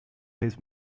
his